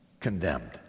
condemned